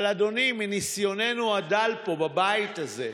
אבל אדוני, מניסיוננו הדל פה, בבית הזה,